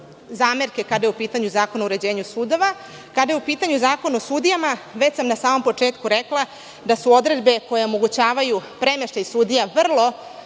kada je u pitanju Zakon o uređenju sudova. Kada je u pitanju Zakona o sudijama, već sam na samom početku rekla da su odredbe koje omogućavaju premeštaj sudija vrlo